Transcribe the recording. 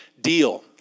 deal